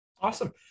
Awesome